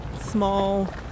small